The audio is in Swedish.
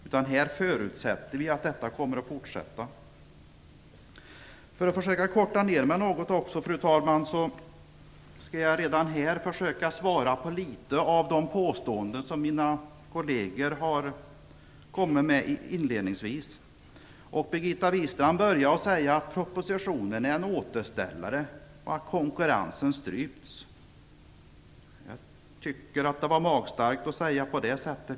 Vi förutsätter att detta kommer att fortsätta. För att korta ner mitt anförande skall jag redan nu bemöta de påståenden som mina kolleger kom med inledningsvis. Birgitta Wistrand började med att säga att propositionen är en återställare och att konkurrensen strypts. Jag tycker att det var magstarkt.